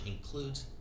includes